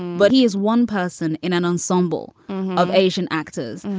but he is one person in an ensemble of asian actors.